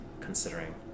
considering